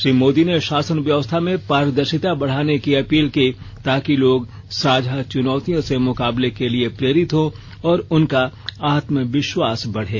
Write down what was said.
श्री मोदी ने शासन व्यवस्था में पारदर्शिता बढ़ाने की अपील की ताकि लोग साझा चुनौतियों से मुकाबले के लिए प्रेरित हों और उनका आत्मविश्वास बढ़े